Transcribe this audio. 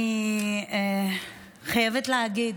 אני חייבת להגיד,